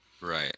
Right